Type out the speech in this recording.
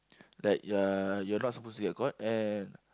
right you are you are not supposed to get caught and